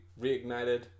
reignited